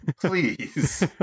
please